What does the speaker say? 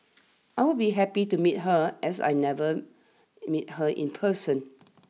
I will be happy to meet her as I've never meet her in person